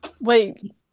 wait